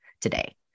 today